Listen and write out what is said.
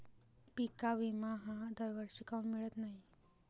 पिका विमा हा दरवर्षी काऊन मिळत न्हाई?